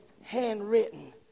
handwritten